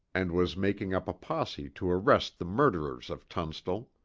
and was making up a posse to arrest the murderers of tunstall.